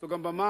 זו גם במה,